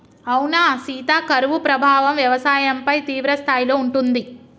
అవునా సీత కరువు ప్రభావం వ్యవసాయంపై తీవ్రస్థాయిలో ఉంటుంది